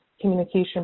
communication